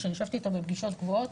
שישבתי איתו בפגישות קבועות,